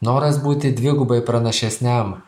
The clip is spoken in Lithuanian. noras būti dvigubai pranašesniam